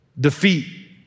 Defeat